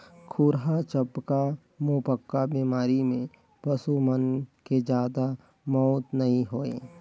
खुरहा चपका, मुहंपका बेमारी में पसू मन के जादा मउत नइ होय